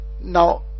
Now